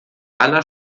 aller